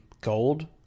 gold